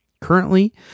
Currently